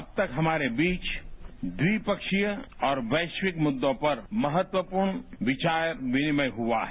अब तक हमारे बीच द्विपक्षीय और वैश्विक मुद्दों पर महत्वपूर्ण विचार विनिमय हुआ है